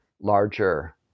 larger